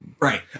Right